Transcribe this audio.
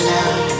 Love